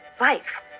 life